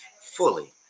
fully